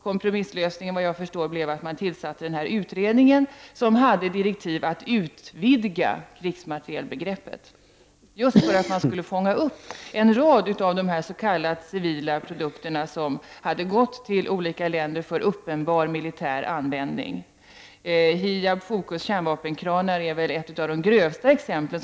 Kompromisslösningen blev, efter vad jag har förstått, att man tillsatte denna utredning som hade direktiv att utvidga krigsmaterielbegreppet, just för att man skulle fånga upp en rad av de s.k. civila produkter som hade gått till olika länder för uppenbar militär användning. HIAB-FOCO:s kärnvapenkranar är ett av de grövsta exemplen.